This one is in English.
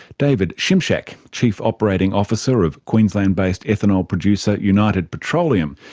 david szymczak, chief operating officer of queensland based ethanol producer united petroleum,